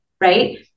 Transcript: right